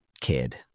kid